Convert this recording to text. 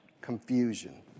confusion